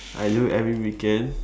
I do every weekend